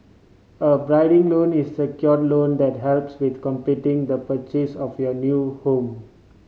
a bridging loan is secured loan that helps with completing the purchase of your new home